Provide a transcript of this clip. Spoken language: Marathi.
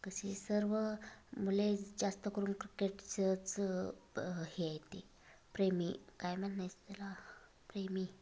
कशी सर्व मुले जास्तकरून क्रिकेटचंच हे आहेत प्रेमी काय म्हणायचं त्याला प्रेमी